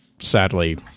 sadly